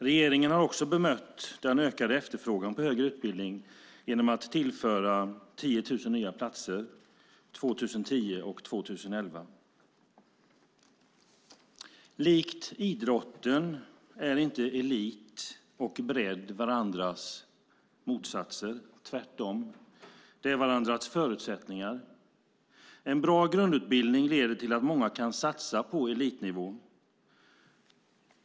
Regeringen har också bemött den ökade efterfrågan på högre utbildning genom att tillföra 10 000 nya platser 2010 och 2011. Likt idrotten är inte elit och bredd varandras motsatser. Tvärtom är de varandras förutsättningar. En bra grundutbildning leder till att många kan satsa på elitnivå.